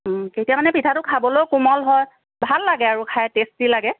তেতিয়া মানে পিঠাটো খাবলৈও কোমল হয় ভাল লাগে আৰু খাই টেষ্টি লাগে